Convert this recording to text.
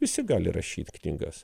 visi gali rašyt knygas